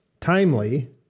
timely